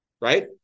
right